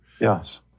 Yes